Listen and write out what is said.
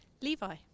levi